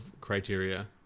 criteria